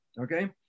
okay